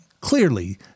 clearly